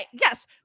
yes